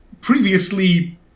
previously